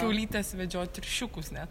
kiaulytes vedžio triušiukus net